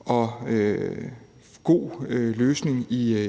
og god løsning